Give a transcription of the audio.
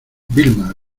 vilma